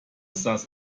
saß